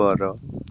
ଉପର